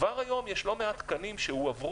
כבר היום יש לא מעט תקנים שהועברו